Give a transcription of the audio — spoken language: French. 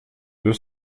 deux